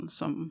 som